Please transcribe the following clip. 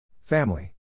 Family